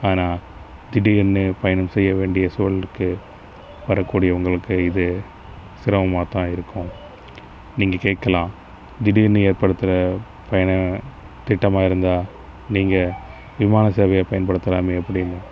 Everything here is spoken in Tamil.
ஆனால் திடீர்னு பயணம் செய்ய வேண்டிய சூழலுக்கு வரக் கூடியவங்களுக்கு இது சிரமமாகதான் இருக்கும் நீங்கள் கேட்கலாம் திடீர்னு ஏற்படுத்துகிற பயண திட்டமாக இருந்தால் நீங்கள் விமான சேவையை பயன்படுத்தலாமே அப்படின்னு